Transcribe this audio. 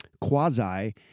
quasi